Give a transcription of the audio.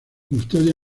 custodia